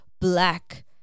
black